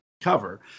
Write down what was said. cover